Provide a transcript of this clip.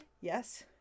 Yes